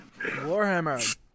Warhammer